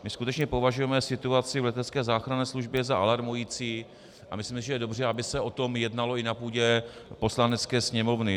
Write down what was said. My skutečně považujeme situaci v letecké záchranné službě za alarmující a myslíme, že je dobře, aby se o tom jednalo i na půdě Poslanecké sněmovny.